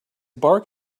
bark